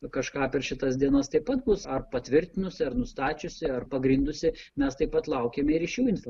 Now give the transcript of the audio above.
kažką per šitas dienas taip pat bus ar patvirtinusi ar nustačiusi ar pagrindusi mes taip pat laukiame ir iš jų info